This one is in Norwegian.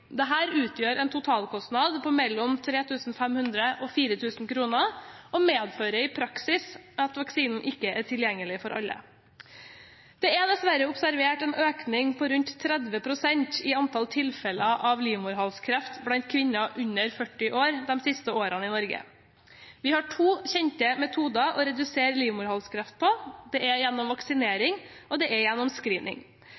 utgjør en totalkostnad på 3 500–4 000 kr og medfører i praksis at vaksinen ikke er tilgjengelig for alle. Det er dessverre observert en økning på rundt 30 pst. i antallet tilfeller av livmorhalskreft blant kvinner under 40 år de siste årene i Norge. Vi har to kjente metoder å redusere livmorhalskreft på. Det er gjennom vaksinering og det er gjennom screening.